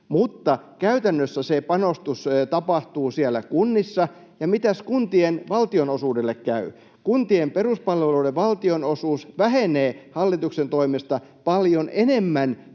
mutta käytännössä se panostus tapahtuu siellä kunnissa. Ja mitäs kuntien valtionosuudelle käy? Kuntien peruspalveluiden valtionosuus vähenee hallituksen toimesta paljon enemmän